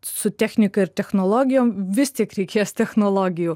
su technika ir technologijom vis tik reikės technologijų